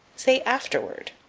say, afterward.